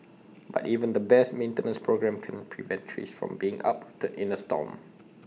but even the best maintenance programme can't prevent trees from being uprooted in A storm